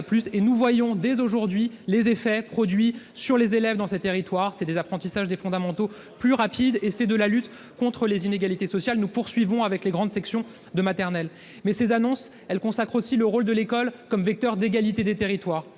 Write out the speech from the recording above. et nous voyons des aujourd'hui les effets produits sur les élèves dans ces territoires, c'est des désapprentissage des fondamentaux plus rapide et c'est de la lutte contre les inégalités sociales, nous poursuivons avec les grandes sections de maternelle mais ces annonces, elle consacre aussi le rôle de l'école comme vecteur d'égalité des territoires